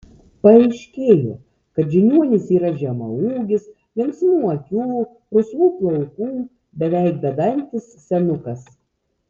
paaiškėjo kad žiniuonis yra žemaūgis linksmų akių rusvų plaukų beveik bedantis senukas